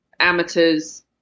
amateurs